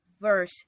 verse